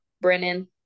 Brennan